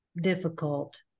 difficult